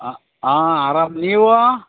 ಹಾಂ ಆಂ ಅರಾಮ ನೀವು